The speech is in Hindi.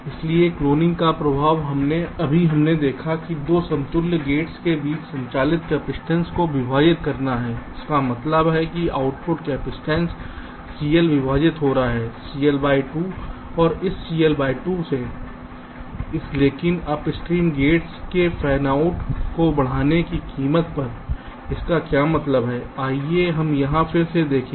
इसलिए क्लोनिंग का प्रभाव अभी हमने देखा है कि 2 समतुल्य गेट्स के बीच संचालित कपसिटंस को विभाजित करना है इसका मतलब है कि आउटपुट कैपेसिटेंस CL विभाजित हो रहा था CL बाय 2 और इस CL बाय 2 से लेकिन अपस्ट्रीम गेट्स के फैनआउट को बढ़ाने की कीमत पर इसका क्या मतलब है आइए हम यहां फिर से देखें